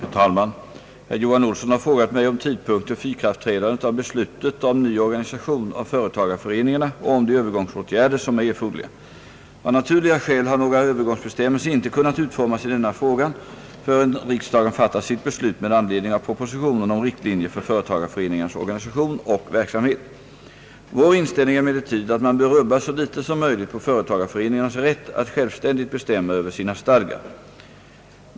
Herr talman! Herr Johan Olsson har frågat mig om tidpunkten för ikraftträdandet av beslutet om ny organisation av företagareföreningarna och om de övergångsåtgärder som är erforderliga. Av naturliga skäl har några övergångsbestämmelser inte kunnat utformas i denna fråga förrän riksdagen fattat sitt beslut med anledning av propositionen om riktlinjer för företagareföreningarnas organisation och verksamhet. Vår inställning är emellertid att man bör rubba så litet som möjligt på företagareföreningarnas rätt att självständigt bestämma över sina stadgar.